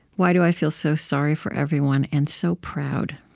why do i feel so sorry for everyone and so proud?